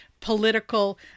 political